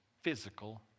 physical